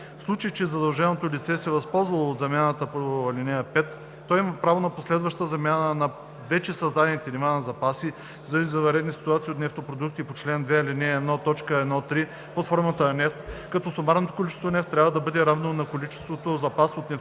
случай че задължено лице се е възползвало от замяната по ал. 5, то има право на последваща замяна на вече създадените нива на запаси за извънредни ситуации от нефтопродукти по чл. 2, ал. 1, т. 1 – 3 под формата на нефт, като сумарното количество нефт трябва да бъде равно на количеството запас от нефтопродукти